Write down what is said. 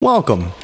Welcome